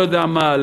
לא-יודע-מה,